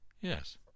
Yes